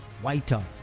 whiter